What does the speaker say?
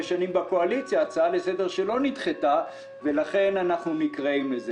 שנים בקואליציה והצעתו נדחתה ולכן אנו דנים בזה.